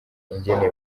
ingene